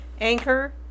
Anchor